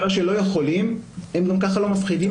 ראשי ממשלה שלא יכולים הם גם כך לא מפחידים